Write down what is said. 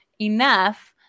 enough